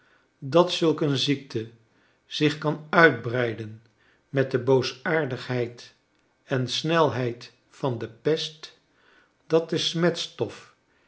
dat zulk een ziekte zich kan uitbreiden met de boosaardigheid en snelheid van de pest dat de smetstof